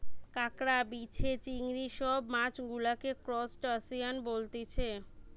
কাঁকড়া, বিছে, চিংড়ি সব মাছ গুলাকে ত্রুসটাসিয়ান বলতিছে